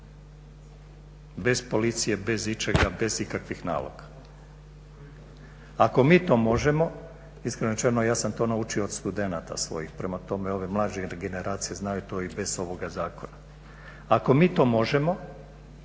Bez policije, bez ičega, bez ikakvih naloga. Ako mi to možemo, iskreno rečeno, ja sam to naučio od studenata svojih, prema tome ove mlađe generacije znaju to i bez ovoga zakona. Ako mi to možemo,